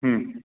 हं